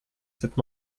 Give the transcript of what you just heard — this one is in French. cette